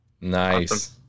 Nice